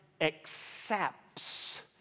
accepts